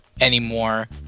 anymore